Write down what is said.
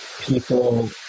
people